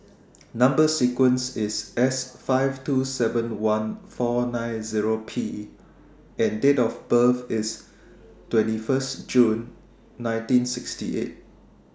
Number sequence IS S five two seven one four nine Zero P and Date of birth IS twenty First June nineteen sixty eight